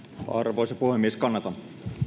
arvoisa puhemies kannatan